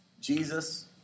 Jesus